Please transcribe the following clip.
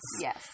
Yes